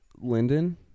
Linden